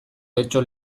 getxo